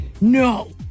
no